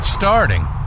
Starting